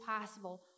possible